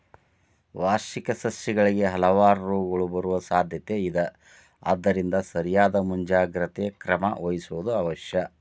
ವಾರ್ಷಿಕ ಸಸ್ಯಗಳಿಗೆ ಹಲವಾರು ರೋಗಗಳು ಬರುವ ಸಾದ್ಯಾತೆ ಇದ ಆದ್ದರಿಂದ ಸರಿಯಾದ ಮುಂಜಾಗ್ರತೆ ಕ್ರಮ ವಹಿಸುವುದು ಅವಶ್ಯ